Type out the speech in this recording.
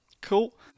Cool